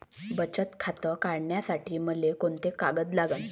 बचत खातं काढासाठी मले कोंते कागद लागन?